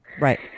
Right